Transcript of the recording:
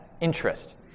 interest